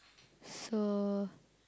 so